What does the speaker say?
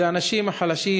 זה האנשים החלשים,